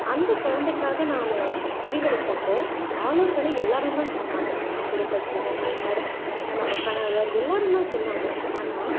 அந்த குழந்தைக்காக நான் முடிவெடுக்கிறப்போ ஆலோசனை எல்லோரும் தான் சொன்னாங்க நம்ப குடும்பத்தினர் நண்பர் நம்ப கணவர் எல்லோரும் தான் சொன்னாங்க ஆனால்